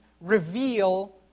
reveal